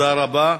תודה רבה.